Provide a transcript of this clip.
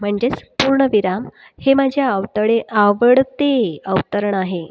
म्हणजेच पूर्णविराम हे माझे आवतडे आवडते अवतरण आहे